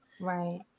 right